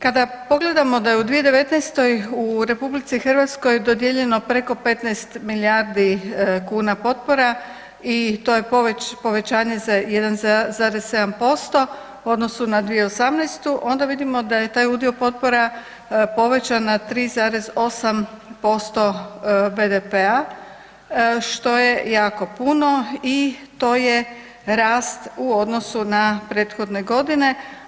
Kada pogledamo da je u 2019. u RH dodijeljeno preko 15 milijardi kuna potpora i to je povećanje za 1,7% u odnosu na 2018.onda vidimo da je taj udio potpora povećan na 3,8% BDP-a što je jako puno i to je rast u odnosu na prethodne godine.